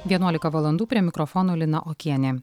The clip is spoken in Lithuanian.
vienuolika valandų prie mikrofono lina okienė